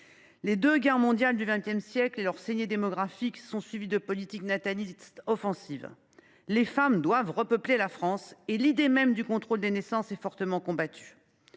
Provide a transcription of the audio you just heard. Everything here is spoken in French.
Les deux guerres mondiales du XX siècle et leurs saignées démographiques sont suivies de politiques natalistes offensives : les femmes doivent repeupler la France et l’idée même du contrôle des naissances est fermement combattue.